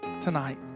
tonight